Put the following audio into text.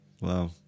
Wow